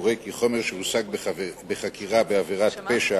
מורה כי חומר שהושג בחקירה בעבירת פשע